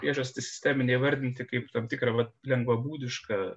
priežastį sisteminę įvardinti kaip tam tikrą va lengvabūdišką